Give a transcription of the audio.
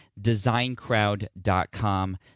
designcrowd.com